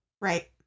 Right